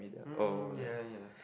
mm ya ya